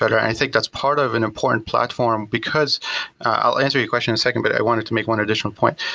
but i think that's part of an important platform because i'll answer your question in a second, but i wanted to make one additional point.